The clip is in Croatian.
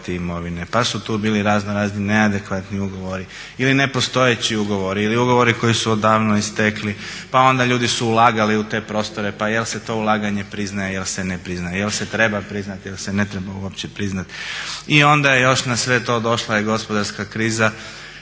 pa su tu bili razno razni neadekvatni ugovori ili nepostojeći ugovori ili ugovori koji su odavno istekli. Pa onda ljudi su ulagali u te prostore, pa jel' se to ulaganje priznaje, jel' se ne priznaje, jel' se treba priznati, jel' se ne treba uopće priznati i onda je još na sve to došla i gospodarska kriza.